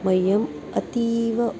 मह्यम् अतीव